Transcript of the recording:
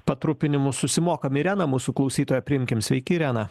patrupinimus susimokam irena mūsų klausytoją priimkim sveiki irena